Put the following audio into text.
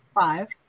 five